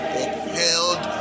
upheld